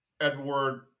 Edward